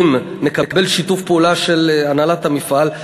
אם נקבל שיתוף פעולה של הנהלת המפעל,